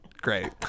Great